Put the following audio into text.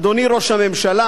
אדוני ראש הממשלה,